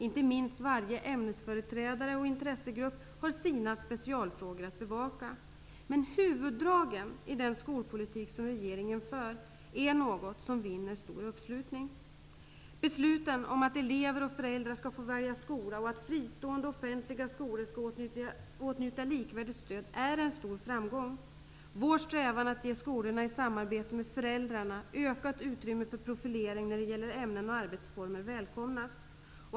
Inte minst varje ämnesföreträdare och intressegrupp har sina specialfrågor att bevaka. Men huvuddragen i den skolpolitik som regeringen för är något som vinner stor uppslutning. Besluten om att elever och föräldrar skall få välja skola och att fristående och offentliga skolor skall åtnjuta likvärdigt stöd är en stor framgång. Vår strävan att ge skolorna i samarbete med föräldrarna ökat utrymme för profilering när det gäller ämnen och arbetsformer välkomnas.